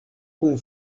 kun